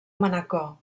manacor